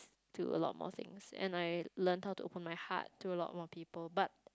to a lot more things and I learn how to open my heart to a lot more people but